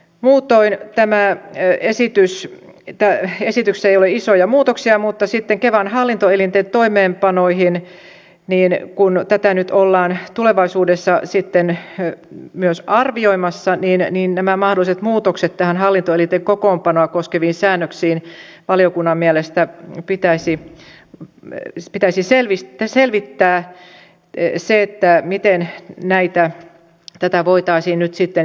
muutoin esityksessä ei ole isoja muutoksia mutta kun myös kevan hallintoelinten kokoonpanoa nyt ollaan tulevaisuudessa arvioimassa niin näistä mahdollisista muutoksista näihin hallintoelinten kokoonpanoa koskeviin säännöksiin valiokunnan mielestä pitäisi selvittää miten näitä voitaisiin nyt selkiinnyttää